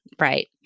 right